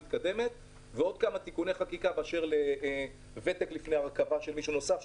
נהיגה מתקדמת ועוד כמה תיקוני חקיקה באשר לוותק לפני הרכבת מישהו נוסף.